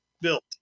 built